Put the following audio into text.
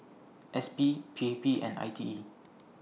S P P A P and I T E